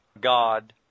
God